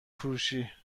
فروشی